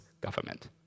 government